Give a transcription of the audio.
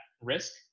risk